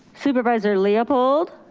supervisor leopold.